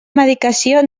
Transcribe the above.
medicació